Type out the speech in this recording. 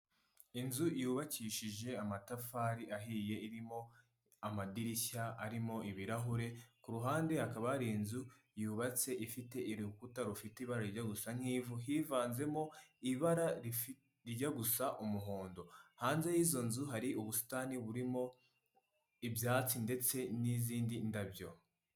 Inzu yubakishije amatafari ahiye irimo amadirishya arimo ibirahure, ku ruhande hakaba hari inzu yubatse ifite urukuta rufite ibara rijya gusa nk'ivu hivanzemo ibara rijya gusa umuhondo, hanze y'izo nzu hari ubusitani burimo ibyatsi ndetse n'izindi ndabyo.